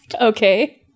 okay